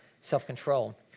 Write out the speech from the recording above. self-control